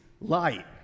light